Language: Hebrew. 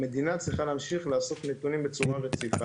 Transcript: המדינה צריכה להמשיך לאסוף את הנתונים בצורה רציפה.